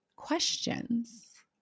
questions